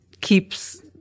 keeps